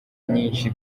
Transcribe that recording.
nyinshi